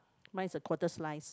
mine's a quarter slices